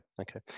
Okay